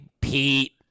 pete